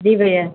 जी भैया